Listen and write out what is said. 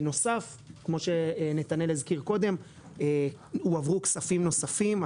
בנוסף כמו שנתנאל הזכיר קודם הועברו כספים נוספים,